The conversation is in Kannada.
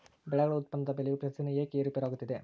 ಬೆಳೆಗಳ ಉತ್ಪನ್ನದ ಬೆಲೆಯು ಪ್ರತಿದಿನ ಏಕೆ ಏರುಪೇರು ಆಗುತ್ತದೆ?